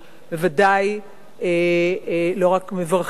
בוודאי לא רק מברכים,